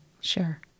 Sure